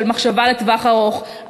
של מחשבה לטווח ארוך.